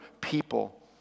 people